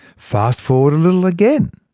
fast forward a little again.